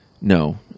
no